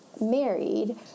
married